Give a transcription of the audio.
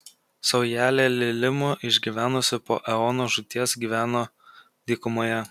saujelė lilimų išgyvenusių po eonų žūties gyveno dykumoje